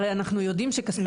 הרי אנחנו יודעים שכספי הפנסיה,